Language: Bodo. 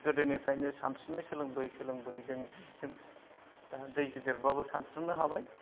गोदोनिफ्रायनो सानस्रिनाय सोलोंबोयै सोलोंबोयै जों दासिम दा दै गिदिरब्लाबो सानस्रिनो हाबाय